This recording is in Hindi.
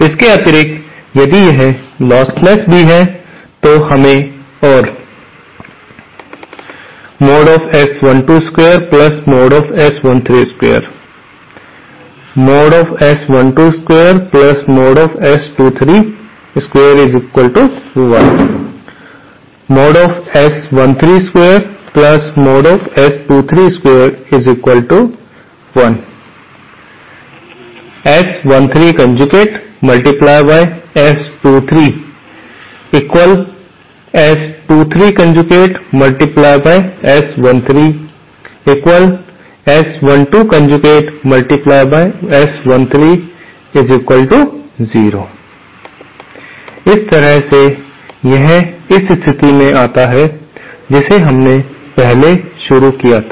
इसके अतिरिक्त यदि यह lostless भी है तो हमें और इस तरह से यह इस स्थिति से आता है जिसे हमने पहले शुरू किया था